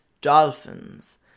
dolphins